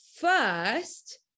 first